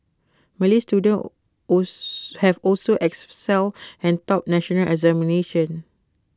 Malay students have also excelled and topped national examinations